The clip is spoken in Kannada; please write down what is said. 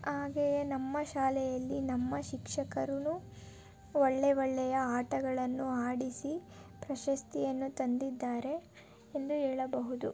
ಹಾಗೆಯೇ ನಮ್ಮ ಶಾಲೆಯಲ್ಲಿ ನಮ್ಮ ಶಿಕ್ಷಕರೂ ಒಳ್ಳೆಯ ಒಳ್ಳೆಯ ಆಟಗಳನ್ನು ಆಡಿಸಿ ಪ್ರಶಸ್ತಿಯನ್ನು ತಂದಿದ್ದಾರೆ ಎಂದು ಹೇಳಬಹುದು